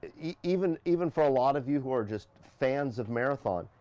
even even for a lot of you who are just fans of marathon,